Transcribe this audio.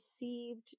received